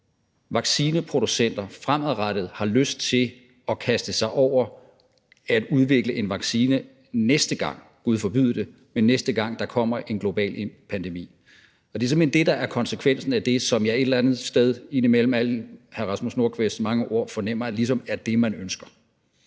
vaccineproducenter fremadrettet har lyst til at kaste sig over at udvikle en vaccine, næste gang – gud forbyde det – der kommer en global pandemi. Det er simpelt hen det, der er konsekvensen af det, og som jeg et eller andet sted blandt alle hr. Rasmus Nordqvists mange ord ligesom fornemmer man ønsker.